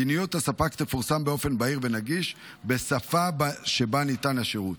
מדיניות הספק תפורסם באופן בהיר ונגיש בשפה שבה ניתן השירות.